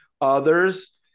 Others